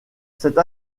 cette